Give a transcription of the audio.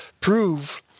prove